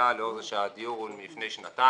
מפתיעה לאור זה שהדיור הוא מלפני שנתיים.